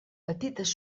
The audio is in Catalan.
petites